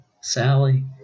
Sally